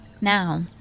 Now